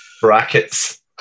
Brackets